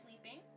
Sleeping